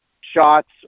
shots